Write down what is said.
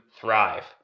thrive